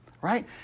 right